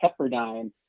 Pepperdine